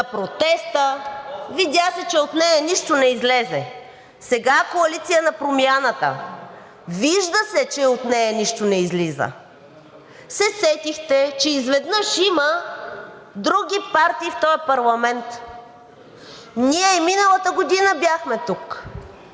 протеста, видя се, че от нея нищо не излезе, сега е коалиция на промяната, вижда се, че и от нея нищо не излиза, се сетихте изведнъж, че има други партии в този парламент. Ние и миналата година бяхме тук.